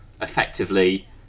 effectively